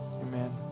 Amen